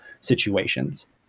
situations